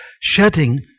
shedding